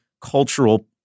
cultural